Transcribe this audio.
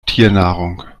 tiernahrung